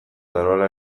daroala